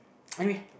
anyway